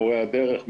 מורי הדרך,